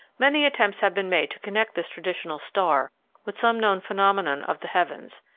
many attempts have been made to connect this traditional star' with some known phenomenon of the heavens,